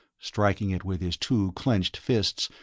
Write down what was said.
striking it with his two clenched fists,